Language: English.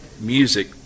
music